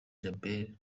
djabel